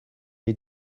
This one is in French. les